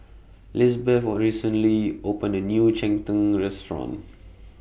Lisbeth recently opened A New Cheng Tng Restaurant